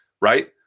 right